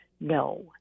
No